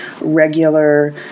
regular